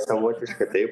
savotišką taip